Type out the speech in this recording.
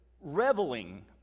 reveling